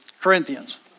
corinthians